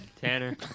Tanner